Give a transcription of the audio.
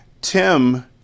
Tim